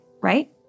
right